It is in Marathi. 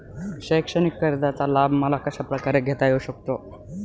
शैक्षणिक कर्जाचा लाभ मला कशाप्रकारे घेता येऊ शकतो?